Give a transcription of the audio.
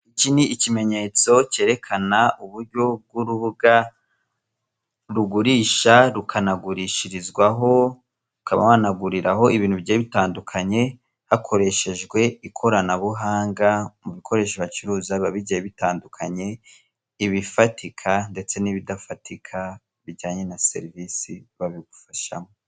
Iki ni ikimenyetso kerekana uburyo bw'urubuga rugurisha, rukanagurishirizwaho, ukaba wanaguriraho ibintu bigiye bitandukanye hakoreshejwe ikoranabuhanga, mubikoresho bacuruza biba bigiye bitandukanye, ibifatika ndetse n'ibidafatika, bijyanye na serivisi babigufashamo.